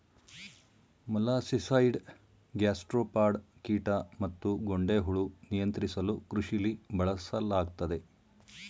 molluscicide gastropod ಕೀಟ ಮತ್ತುಗೊಂಡೆಹುಳು ನಿಯಂತ್ರಿಸಲುಕೃಷಿಲಿ ಬಳಸಲಾಗ್ತದೆ